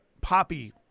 Poppy